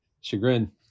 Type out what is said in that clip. chagrin